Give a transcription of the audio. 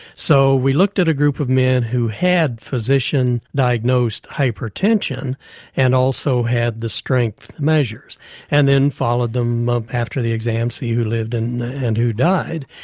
so we looked at a group of men who had physician-diagnosed hypertension and also had the strength measured and then followed them after the exam to see who lived and and who died.